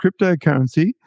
cryptocurrency